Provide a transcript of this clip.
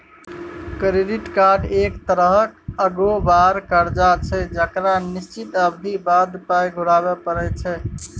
credit card एक तरहक अगोबार करजा छै जकरा निश्चित अबधी बाद पाइ घुराबे परय छै